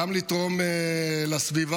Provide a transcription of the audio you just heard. גם לתרום לסביבה,